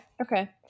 okay